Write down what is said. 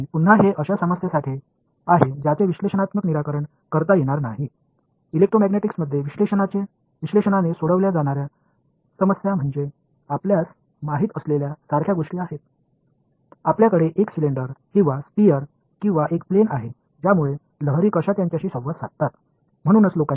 மேலும் இது பகுப்பாய்வு ரீதியாக தீர்க்க முடியாத சிக்கல்களுக்கானது எலெக்ட்ரோமேக்னெட்டிக்ஸ் பகுப்பாய்வு ரீதியாக தீர்க்கக்கூடிய சிக்கல்கள் உங்களுக்குத் தெரிந்த எளிய விஷயங்கள் உங்களிடம் ஒரு சிலிண்டர் அல்லது ஒரு கோளம் அல்லது ஒரு சமதளம் உள்ளது இதனுடன் ஒரு அலை எவ்வாறு தொடர்பு கொள்கிறது